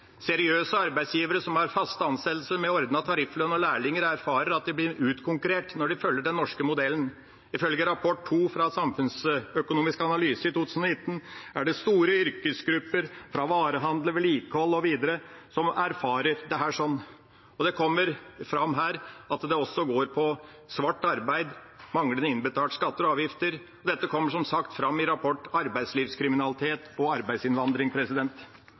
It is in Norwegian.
Seriøse arbeidsgivere som har faste ansettelser med ordnet tarifflønn og lærlinger, erfarer at de blir utkonkurrert når de følger den norske modellen. Ifølge rapport nr. 2 i 2019 fra Samfunnsøkonomisk analyse erfarer store yrkesgrupper, fra varehandel til vedlikehold, osv., dette. Det kommer fram at det også går på svart arbeid og manglende innbetaling av skatter og avgifter. Dette kommer, som nevnt, fram i rapporten R2-2019 Eksterne faktorer – Arbeidslivskriminalitet og arbeidsinnvandring.